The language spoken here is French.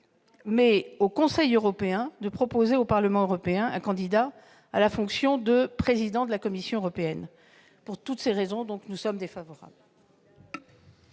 mais au Conseil européen de proposer au Parlement européen un candidat à la fonction de président de la Commission européenne. Pour toutes ces raisons, je le répète, nous sommes défavorables